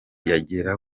yagera